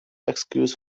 excuse